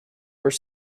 were